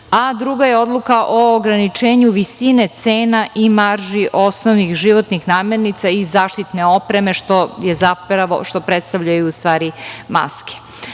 maski. Druga je odluka o ograničenju visine cena i marži osnovnih životnih namernica i zaštitne opreme, što predstavljaju maske. Uredbom